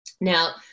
Now